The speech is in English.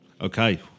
okay